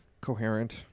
coherent